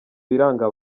biranga